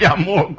um more